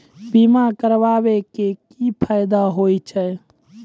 बीमा करबै के की फायदा होय छै?